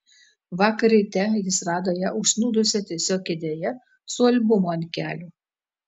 vakar ryte jis rado ją užsnūdusią tiesiog kėdėje su albumu ant kelių